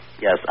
yes